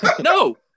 no